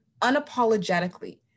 unapologetically